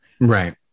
right